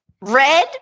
Red